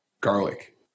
garlic